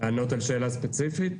לענות על שאלה ספציפית?